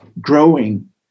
growing